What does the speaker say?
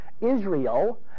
Israel